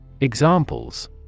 Examples